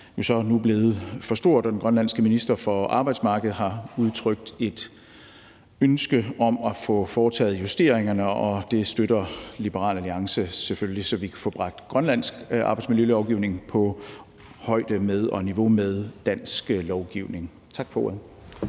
er jo så nu blevet for stort, og den grønlandske minister for arbejdsmarked har udtrykt et ønske om at få foretaget justeringerne. Det støtter Liberal Alliance selvfølgelig, så vi kan få bragt grønlandsk arbejdsmiljølovgivning på højde med og niveau med dansk lovgivning. Tak for ordet.